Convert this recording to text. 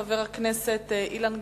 ראשון הדוברים, חבר הכנסת אילן גילאון,